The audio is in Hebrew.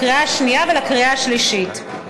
לקריאה השנייה ולקריאה השלישית.